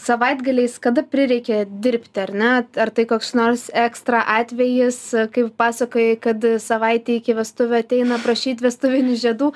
savaitgaliais kada prireikia dirbti ar ne ar tai koks nors ekstra atvejis kaip pasakojai kad savaitę iki vestuvių ateina prašyti vestuvinių žiedų